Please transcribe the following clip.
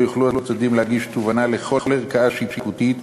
לא יוכלו הצדדים להגיש תובענה לכל ערכאה שיפוטית,